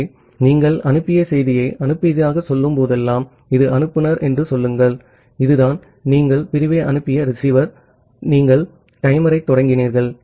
ஆகவே நீங்கள் அனுப்பிய செய்தியை அனுப்பியதாகச் சொல்லும்போதெல்லாம் இது அனுப்புநர் என்று சொல்லுங்கள் இதுதான் நீங்கள் பிரிவை அனுப்பிய ரிசீவர் நீங்கள் டைமரைத் தொடங்கினீர்கள்